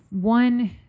one